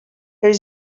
there